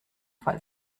fall